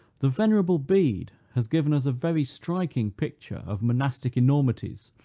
the venerable bede has given us a very striking picture of monastic enormities,